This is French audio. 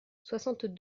soixante